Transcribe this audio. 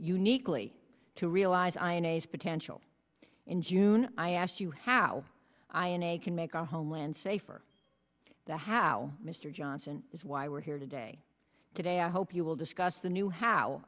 uniquely to realize ins potential in june i asked you how i in a can make our homeland safe for the how mr johnson is why we're here today today i hope you will discuss the new how